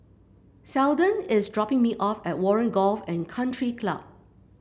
Seldon is dropping me off at Warren Golf and Country Club